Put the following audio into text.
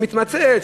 שמתמצאת,